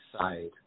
side